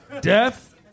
Death